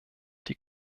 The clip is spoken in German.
die